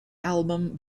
album